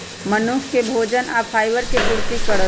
मनुख के भोजन आ फाइबर के पूर्ति करत